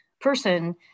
person